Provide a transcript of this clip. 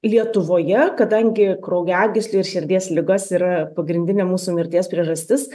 lietuvoje kadangi kraujagyslių ir širdies ligos yra pagrindinė mūsų mirties priežastis